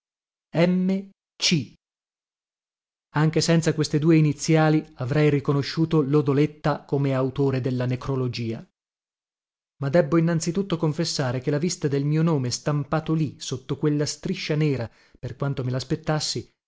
amico vale anche senza queste due iniziali avrei riconosciuto lodoletta come autore della necrologia ma debbo innanzi tutto confessare che la vista del mio nome stampato lì sotto quella striscia nera per quanto me laspettassi